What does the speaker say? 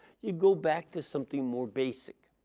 yeah go back to something more basic.